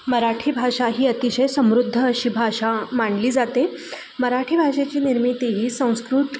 मराठी भाषा ही अतिशय समृद्ध अशी भाषा मांडली जाते मराठी भाषेची निर्मिती ही संस्कृत